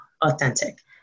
authentic